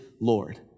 Lord